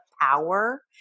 power